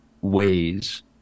ways